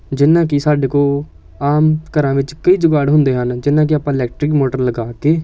ਜਿੱਦਾਂ ਕਿ ਸਾਡੇ ਕੋਲ ਆਮ ਘਰਾਂ ਵਿੱਚ ਕਈ ਜੁਗਾੜ ਹੁੰਦੇ ਹਨ ਜਿੱਦਾਂ ਕਿ ਆਪਾਂ ਇਲੈਕਟ੍ਰਿਕ ਮੋਟਰ ਲਗਾ ਕੇ